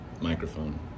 microphone